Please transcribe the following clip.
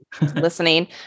listening